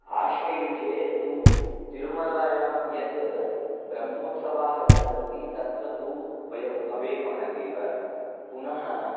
आश्वयुजे तु तिरुमालायां यद् ब्रह्मोत्सवाः चलन्ति तत्र तु वयं भवेमः एव पुनः